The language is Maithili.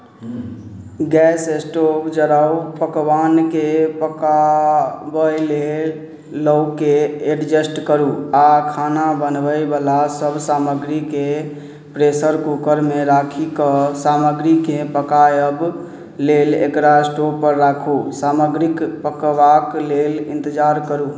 गैस स्टोव जराउ पकवानकेँ पकाबय लेल लौ केँ एडजस्ट करू आ खाना बनबयवला सभ सामग्रीकेण प्रेशर कूकरमे राखि कऽ सामग्रीकेन पकाबय लेल एकरा स्टोवपर राखू सामग्रीक पकबाक लेल इन्तजार करू